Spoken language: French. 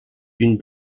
d’une